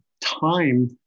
time